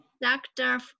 doctor